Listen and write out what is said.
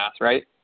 right